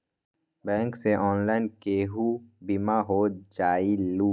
Bank से online केहु बिमा हो जाईलु?